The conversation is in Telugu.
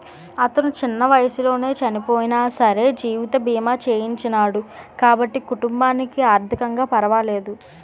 అతను చిన్న వయసులోనే చనియినా సరే జీవిత బీమా చేయించినాడు కాబట్టి కుటుంబానికి ఆర్ధికంగా పరవాలేదు